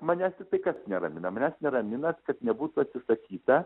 manęs tiktai kas neramina manęs neramina kad nebūtų atsisakyta